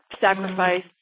sacrifice